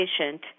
patient